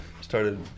started